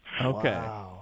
Okay